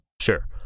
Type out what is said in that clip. Sure